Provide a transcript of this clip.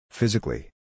Physically